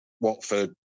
Watford